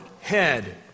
head